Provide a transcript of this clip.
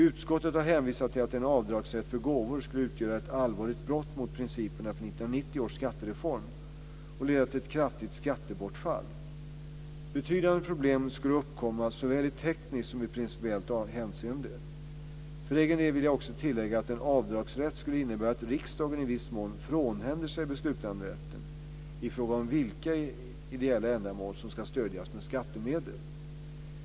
Utskottet har hänvisat till att en avdragsrätt för gåvor skulle utgöra ett allvarligt brott mot principerna för 1990 års skattereform och leda till ett kraftigt skattebortfall. Betydande problem skulle uppkomma såväl i tekniskt som i principiellt hänseende. För egen del vill jag också tillägga att en avdragsrätt skulle innebära att riksdagen i viss mån frånhänder sig beslutanderätten i fråga om vilka ideella ändamål som ska stödjas med skattemedel.